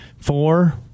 four